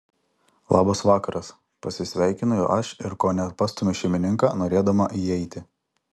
labas vakaras pasisveikinu aš ir kone pastumiu šeimininką norėdama įeiti